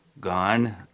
gone